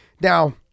now